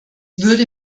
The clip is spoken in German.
würde